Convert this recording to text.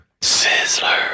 Sizzler